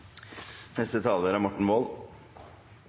Neste taler er